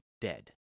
dead